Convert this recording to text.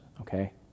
okay